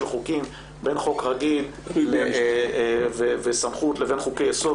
חוקים בין חוק רגיל וסמכות לבין חוקי יסוד.